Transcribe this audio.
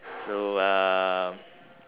so uh